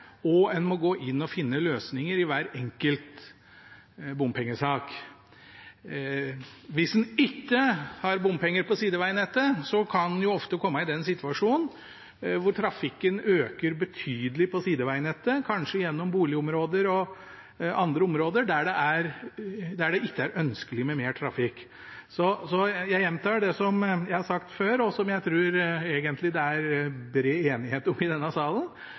og en må gå inn og finne løsninger i hver enkelt bompengesak. Hvis en ikke har bompenger på sidevegnettet, kan en ofte komme i en situasjon hvor trafikken øker betydelig på sidevegnettet – kanskje gjennom boligområder og andre områder der det ikke er ønskelig med mer trafikk. Jeg gjentar det som jeg har sagt før, og som jeg tror det egentlig er bred enighet om i denne salen,